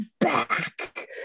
back